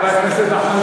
חבר הכנסת נחמן